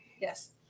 Yes